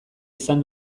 izan